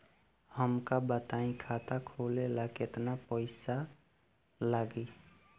हमका बताई खाता खोले ला केतना पईसा लागी?